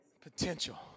Potential